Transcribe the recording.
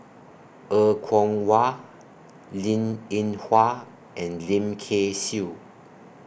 Er Kwong Wah Linn in Hua and Lim Kay Siu